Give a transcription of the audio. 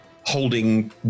holding